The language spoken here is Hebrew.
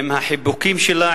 עם החיבוקים שלה,